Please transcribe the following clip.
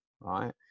right